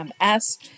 MS